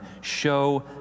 show